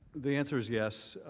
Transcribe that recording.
the answer is yes.